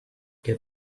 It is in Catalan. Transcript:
què